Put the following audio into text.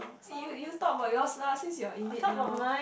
you you you talk about yours lah since you are in it now